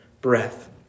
breath